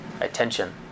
Attention